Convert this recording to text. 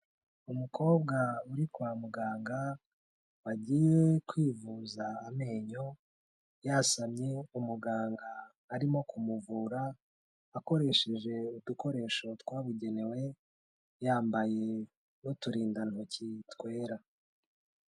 Umukobwa uri kwa muganga wagiye kwivuza amenyo, yasamye umuganga arimo kumuvura akoresheje udukoresho twabugenewe, yambaye n'uturindantoki twera.